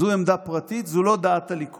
זו עמדה פרטית, זו לא עמדת הליכוד.